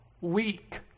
Weak